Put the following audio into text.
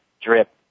drip